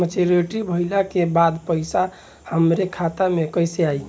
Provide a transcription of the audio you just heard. Maturity भईला के बाद पईसा हमरे खाता में कइसे आई?